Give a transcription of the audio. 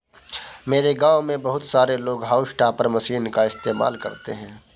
मेरे गांव में बहुत सारे लोग हाउस टॉपर मशीन का इस्तेमाल करते हैं